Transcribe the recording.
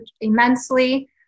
immensely